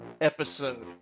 episode